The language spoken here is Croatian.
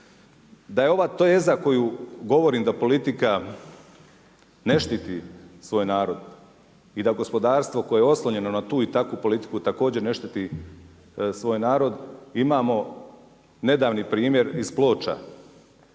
Da je ova teza koju govorim da politika ne štiti svoj narod i da gospodarstvo koje je oslonjeno na tu i takvu politiku također ne štiti svoj narod, imamo nedavni primjer iz Ploča,